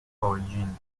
origin